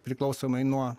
priklausomai nuo